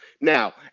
Now